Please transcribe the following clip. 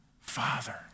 Father